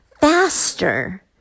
faster